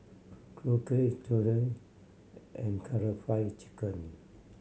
Korokke and Karaage Fried Chicken